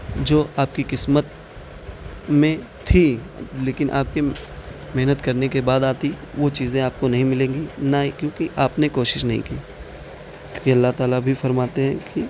جو آپ کی قسمت میں تھی لیکن آپ کی محنت کرنے کے بعد آتی وہ چیزیں آپ کو نہیں ملیں گی نہ ہی کیونکہ آپ نے کوشش نہیں کی یہ اللّہ تعالیٰ بھی فرماتے ہیں کہ